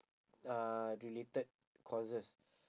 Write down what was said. uh related courses